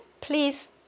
please